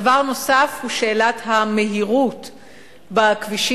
דבר נוסף הוא שאלת המהירות בכבישים,